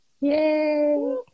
Yay